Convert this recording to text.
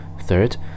third